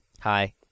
Hi